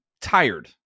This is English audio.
tired